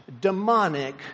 demonic